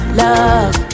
love